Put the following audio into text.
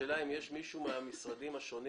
השאלה אם יש מישהו מהמשרדים השונים